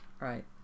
right